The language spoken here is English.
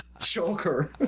Shocker